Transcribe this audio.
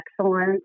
excellent